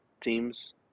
teams